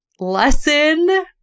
Lesson